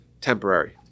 temporary